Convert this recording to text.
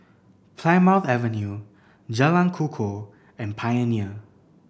Plymouth Avenue Jalan Kukoh and Pioneer